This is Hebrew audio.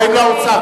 באים לאוצר,